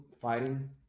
fighting